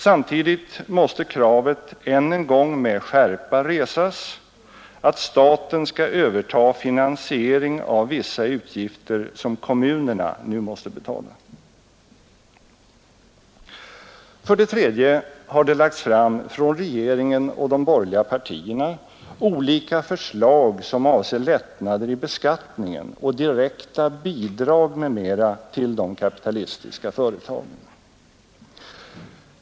Samtidigt måste kravet än en gång med skärpa resas att staten skall överta finansieringen av vissa utgifter som kommunerna nu måste betala. För det tredje har det från regeringen och de borgerliga partierna lagts fram olika förslag som avser lättnader i beskattningen och direkta bidrag m.m. till de kapitalistiska företagen.